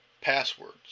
passwords